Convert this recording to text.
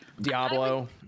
diablo